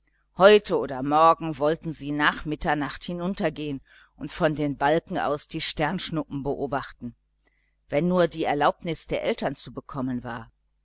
heute oder morgen wollten sie nach mitternacht hinuntergehen und von dem balken aus die sternschnuppen beobachten wenn nur die erlaubnis der eltern zu bekommen war